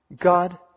God